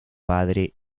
padre